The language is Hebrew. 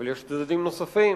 אבל יש צדדים נוספים: